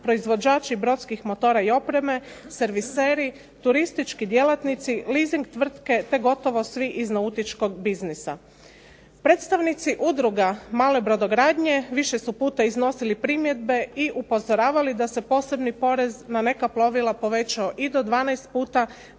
proizvođači brodskih motora i opreme, serviseri, turistički djelatnici, leasing tvrtke, te gotovo svi iz nautičkog biznisa. Predstavnici udruga male brodogradnje više su puta iznosili primjedbe i upozoravali da se posebni porez na neka plovila povećao i do 12 puta,